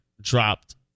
dropped